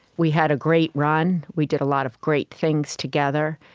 we had a great run. we did a lot of great things together.